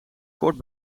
kort